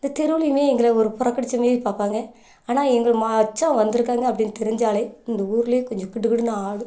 இந்த தெருவுலேயுமே எங்களை ஒரு புறக்கடிச்ச மாரி பார்ப்பாங்க ஆனால் எங்கள் ம மச்சான் வந்துருக்காங்க அப்படின்னு தெரிஞ்சாலே இந்த ஊரில் கொஞ்சம் கிடு கிடுன்னு ஆடும்